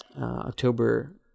october